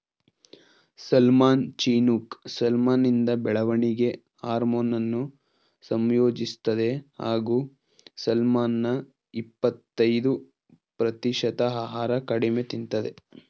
salmon Chinook ಸಾಲ್ಮನಿಂದ ಬೆಳವಣಿಗೆ ಹಾರ್ಮೋನನ್ನು ಸಂಯೋಜಿಸ್ತದೆ ಹಾಗೂ ಸಾಲ್ಮನ್ನ ಇಪ್ಪತಯ್ದು ಪ್ರತಿಶತ ಆಹಾರ ಕಡಿಮೆ ತಿಂತದೆ